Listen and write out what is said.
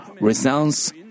resounds